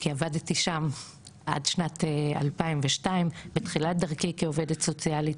כי עבדתי שם עד שנת 2002 בתחילת דרכי כעובדת סוציאלית,